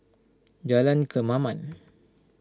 Jalan Kemaman